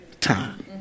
time